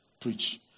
preach